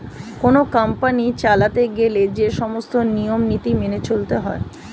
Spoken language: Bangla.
কোন কোম্পানি চালাতে গেলে যে সমস্ত নিয়ম নীতি মেনে চলতে হয়